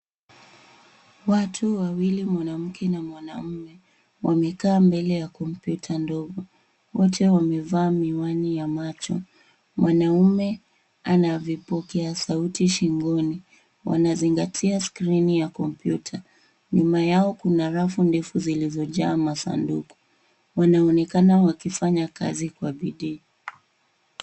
Watu wawili, mwanamke na mwanaume wamekaa mbele ya kompyuta ndogo. Wote wamevaa miwani ya macho. Mwanaume ana vipokea sauti shingoni. Wanazingatia skrini ya kompyuta. Nyuma yao kuna rafu ndefu zilizojaa masanduku. Wanaonekana wakifanya kazi kwa bidii.